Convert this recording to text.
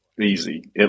easy